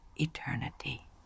eternity